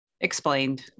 explained